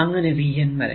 അങ്ങനെ V N വരെ